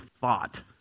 thought